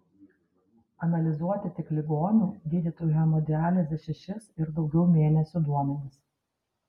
analizuoti tik ligonių gydytų hemodialize šešis ir daugiau mėnesių duomenys